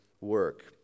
work